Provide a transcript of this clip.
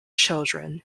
children